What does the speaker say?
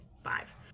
five